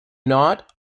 not